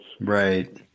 Right